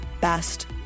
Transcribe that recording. best